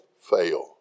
fail